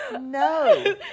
No